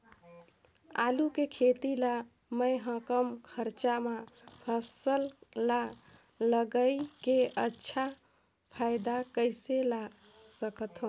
आलू के खेती ला मै ह कम खरचा मा फसल ला लगई के अच्छा फायदा कइसे ला सकथव?